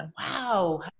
wow